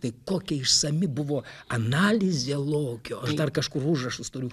tai kokia išsami buvo analizė lokio aš dar kažkur užrašus turiu